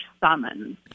summons